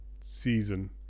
season